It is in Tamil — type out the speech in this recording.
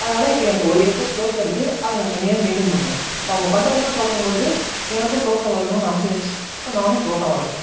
அதனால இப்போ எனக்கு ஒரு ஏக்கர் தோட்டம் இருக்கு அதை நான் தனியாகவே மெயின்டைன் பண்ணுவேன் அப்போ அவங்கள் பண்ணுறதெல்லாம் பார்க்கும் போது எனக்கும் தோட்டம் வளர்க்கணும்னு ஆசையாக இருந்துச்சு இப்போ நானும் தோட்டம் வளக்கிறேன்